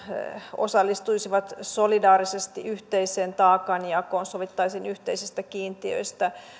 osallistuisivat solidaarisesti yhteiseen taakanjakoon sovittaisiin yhteisistä kiintiöistä